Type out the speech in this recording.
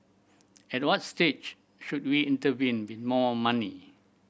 at what stage should we intervene with more money